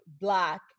black